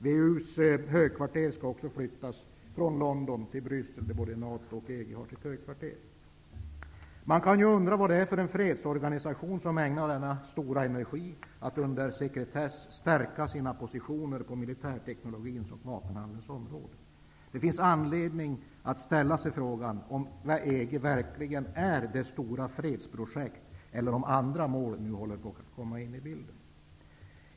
WEU:s högkvarter skall flyttas från London till Bryssel, där både NATO och EG har sina högkvarter. Man kan ju undra vad det är för en fredsorganisation som ägnar denna stor energi åt att under sekretess stärka sina positioner på militärteknologins och vapenhandelns område. Det finns anledning att ställa frågan om EG verkligen är det stora fredsprojektet eller om andra mål nu håller på att komma in i bilden.